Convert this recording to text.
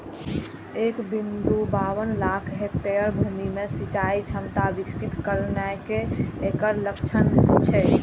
एक बिंदु बाबन लाख हेक्टेयर भूमि मे सिंचाइ क्षमता विकसित करनाय एकर लक्ष्य छै